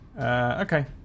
okay